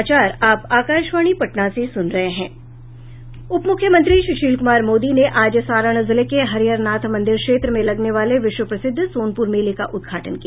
उपमुख्यमंत्री सुशील कुमार मोदी ने आज सारण जिले के हरिहर नाथ मंदिर क्षेत्र में लगने वाले विश्व प्रसिद्ध सोनपुर मेले का उद्घाटन किया